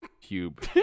cube